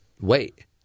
wait